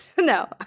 No